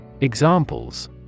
Examples